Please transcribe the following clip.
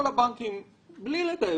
האם לא כדאי